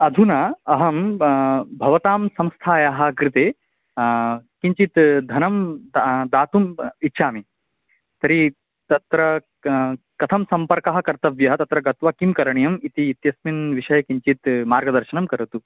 अधुना अहं भवतां संस्थायाः कृते किञ्चित् धनं ता दातुं इच्छामि तर्हि तत्र क कथं सम्पर्कः कर्तव्यः तत्र गत्वा किं करणीयम् इति इत्यस्मिन् विषये किञ्चित् मार्गदर्शनं करोतु